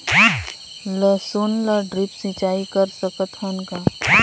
लसुन ल ड्रिप सिंचाई कर सकत हन का?